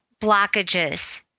blockages